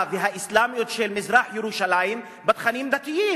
והאסלאמיות של מזרח-ירושלים בתכנים דתיים?